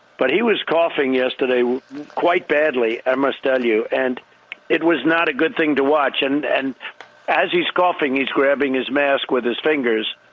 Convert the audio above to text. but he was coughing yesterday quite badly. i must tell you, and it was not a good thing to watch. and and as he's scoffing, he's grabbing his mask with his fingers.